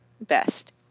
Best